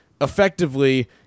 effectively